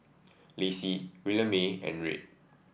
Lacey Williemae and Red